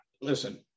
Listen